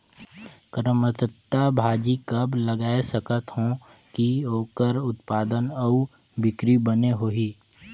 करमत्ता भाजी कब लगाय सकत हो कि ओकर उत्पादन अउ बिक्री बने होही?